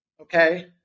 okay